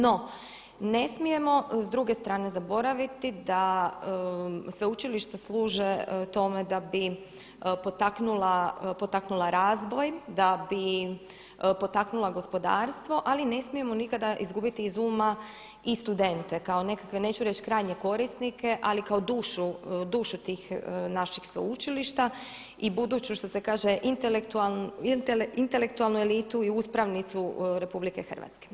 No ne smijemo s druge strane zaboraviti da sveučilišta služe tome da bi potaknula razvoj, da bi potaknula gospodarstvo, ali ne smijemo nikada izgubiti iz uma i studente kao nekakve neću reći krajnje korisnike ali kao dušu tih naših sveučilišta i buduću što se kaže intelektualnu elitu i uspravnicu Republike Hrvatske.